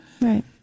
Right